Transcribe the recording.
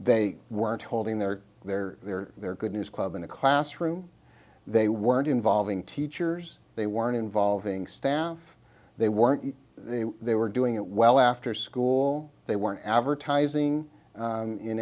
they weren't holding their their their their good news club in the classroom they weren't involving teachers they weren't involving staff they weren't they were doing it well after school they weren't advertising